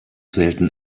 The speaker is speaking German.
selten